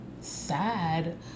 sad